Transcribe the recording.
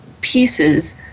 pieces